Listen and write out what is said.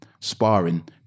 sparring